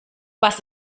was